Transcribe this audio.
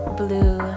blue